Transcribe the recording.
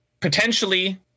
potentially